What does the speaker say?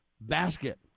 basket